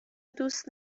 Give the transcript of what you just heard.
دوست